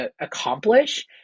accomplish